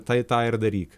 tai tą ir daryk